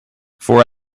for